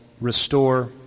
restore